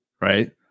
right